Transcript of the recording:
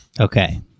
Okay